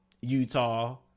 utah